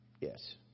Yes